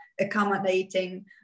accommodating